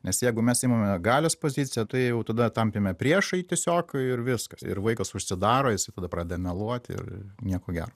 nes jeigu mes imame galios poziciją tai jau tada tampame priešai tiesiog ir viskas ir vaikas užsidaro jisai tada pradeda meluot ir nieko gero